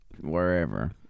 wherever